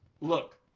look